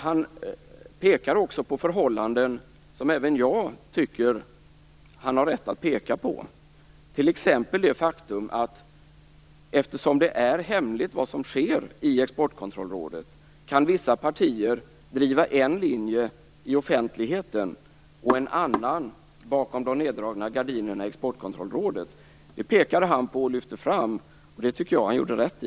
Han pekar dock även på förhållanden som jag tycker att han har rätt att peka på, t.ex. det faktum att vissa partier, eftersom det som sker i Exportkontrollrådet är hemligt, kan driva en linje i offentligheten och en annan bakom de neddragna gardinerna i Exportkontrollrådet. Det pekade han på och lyfte fram, och det tycker jag att han gjorde rätt i.